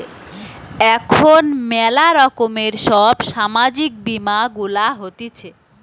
এখন ম্যালা রকমের সব সামাজিক বীমা গুলা হতিছে